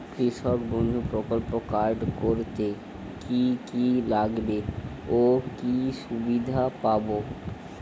কৃষক বন্ধু প্রকল্প কার্ড করতে কি কি লাগবে ও কি সুবিধা পাব?